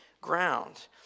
ground